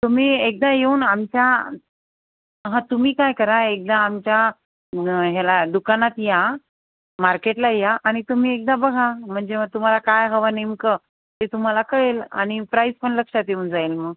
तुम्ही एकदा येऊन आमच्या ह तुम्ही काय करा एकदा आमच्या ह्याला दुकानात या मार्केटला या आणि तुम्ही एकदा बघा म्हणजे मग तुम्हाला काय हवां नेमकं ते तुम्हाला कळेल आणि प्राईस पण लक्षात येऊन जाईल मग